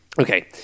Okay